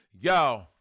yo